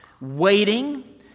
waiting